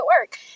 work